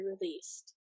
released